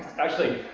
actually,